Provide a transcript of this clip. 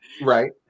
Right